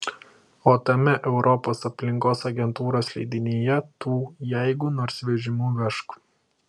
o tame europos aplinkos agentūros leidinyje tų jeigu nors vežimu vežk